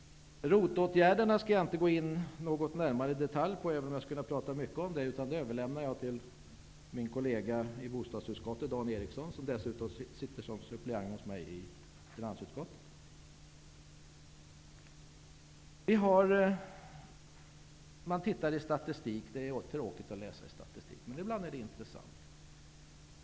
ROT-åtgärder skall jag inte gå in på mera detaljerat, även om jag skulle kunna tala mycket om dem, utan jag överlämnar frågan till min kollega i bostadsutskottet, Dan Eriksson i Stockholm, som dessutom är suppleant i finansutskottet. Låt oss titta litet på statistiken. Det är ofta tråkigt att läsa statistik, men ibland är det intressant.